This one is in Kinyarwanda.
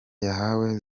yahawe